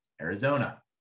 Arizona